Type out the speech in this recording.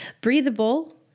breathable